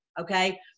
okay